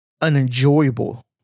unenjoyable